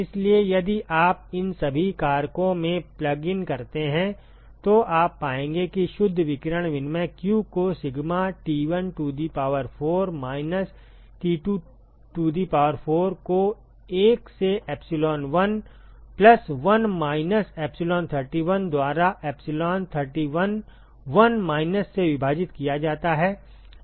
इसलिए यदि आप इन सभी कारकों में प्लग इन करते हैं तो आप पाएंगे कि शुद्ध विकिरण विनिमय q को sigma T1 to the power 4 minus T2 to the power 4 को 1 से epsilon1 प्लस 1 माइनस epsilon31 द्वारा epsilon31 1 माइनस से विभाजित किया जाता है